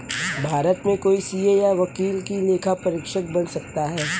भारत में कोई सीए या वकील ही लेखा परीक्षक बन सकता है